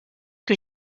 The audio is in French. que